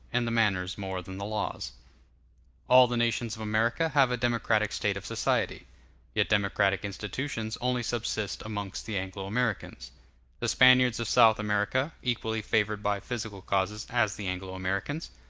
and the manners more than the laws all the nations of america have a democratic state of society yet democratic institutions only subsist amongst the anglo-americans the spaniards of south america, equally favored by physical causes as the anglo-americans,